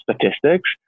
statistics